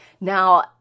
Now